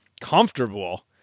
comfortable